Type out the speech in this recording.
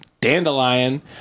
Dandelion